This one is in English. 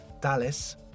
Dallas